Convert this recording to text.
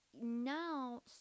now